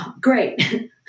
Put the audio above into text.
Great